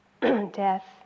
death